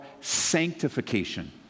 sanctification